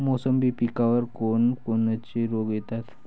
मोसंबी पिकावर कोन कोनचे रोग येतात?